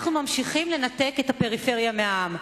אנחנו ממשיכים לנתק את הפריפריה מהעם.